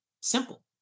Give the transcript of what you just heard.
simple